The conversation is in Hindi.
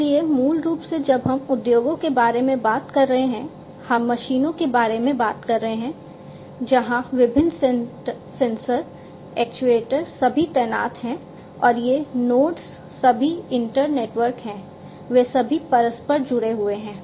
इसलिए मूल रूप से जब हम उद्योगों के बारे में बात कर रहे हैं हम मशीनों के बारे में बात कर रहे हैं जहां विभिन्न सेंसर एक्ट्यूएटर सभी तैनात हैं और ये नोड्स सभी इंटर नेटवर्क हैं वे सभी परस्पर जुड़े हुए हैं